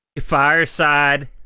Fireside